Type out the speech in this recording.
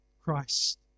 Christ